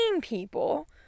people